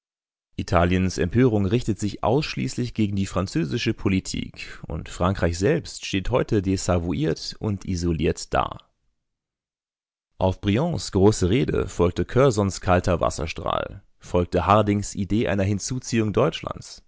italiens empörung richtet sich ausschließlich gegen die französische politik und frankreich selbst steht heute desavouiert und isoliert da auf briands große rede folgte curzons kalter wasserstrahl folgte hardings idee einer hinzuziehung deutschlands